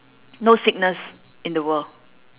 no sickness in the world